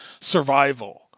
survival